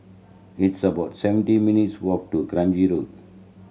it's about seventeen minutes' walk to Kranji Road